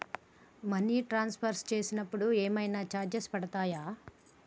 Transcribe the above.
Money transfer చేసినప్పుడు ఏమైనా charges పడతయా?